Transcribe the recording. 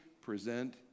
present